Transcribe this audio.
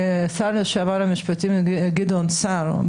שר המשפטים לשעבר גדעון סער,